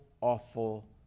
awful